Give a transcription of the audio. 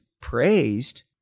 praised